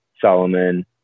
solomon